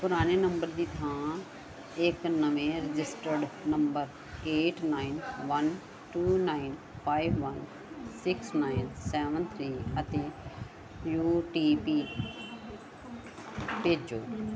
ਪੁਰਾਣੇ ਨੰਬਰ ਦੀ ਥਾਂ ਇੱਕ ਨਵੇਂ registered number eight nine one two nine five one six nine seven three ਉੱਤੇ ਓ ਟੀ ਪੀ ਭੇਜੋ